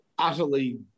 Utterly